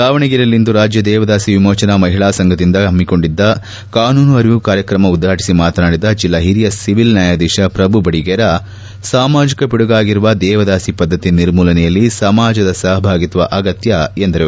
ದಾವಣಗೆರೆಯಲ್ಲಿಂದು ರಾಜ್ಯ ದೇವದಾಸಿ ವಿಮೋಚನಾ ಮಹಿಳಾ ಸಂಘದಿಂದ ಪಮ್ನಿಕೊಂಡಿದ್ದ ಕಾನೂನು ಅರಿವು ಕಾರ್ಯಕ್ರಮ ಉದ್ಘಾಟಿಸಿ ಮಾತನಾಡಿದ ಜಿಲ್ಲಾ ಹಿರಿಯ ಸಿವಿಲ್ ನ್ಯಾಯಾಧೀತ ಪ್ರಭು ಬಡಿಗೇರ ಸಾಮಾಜಕ ಪಿಡುಗಾಗಿರುವ ದೇವದಾಸಿ ಪದ್ದತಿ ನಿರ್ಮೂಲನೆಯಲ್ಲಿ ಸಮಾಜದ ಸಹಭಾಗಿತ್ವ ಅಗತ್ಯ ಎಂದರು